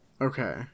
Okay